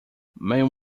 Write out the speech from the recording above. men